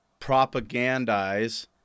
propagandize